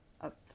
up